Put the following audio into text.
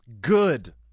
Good